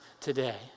today